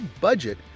budget